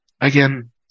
again